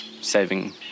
saving